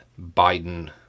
Biden